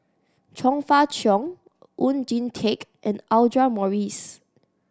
Chong Fah Cheong Oon Jin Teik and Audra Morrice